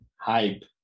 Hype